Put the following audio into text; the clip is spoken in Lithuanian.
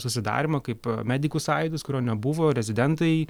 susidarymą kaip medikų sąjūdis kurio nebuvo rezidentai